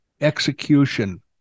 execution